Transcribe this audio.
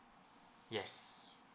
yes